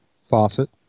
faucet